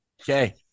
Okay